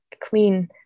clean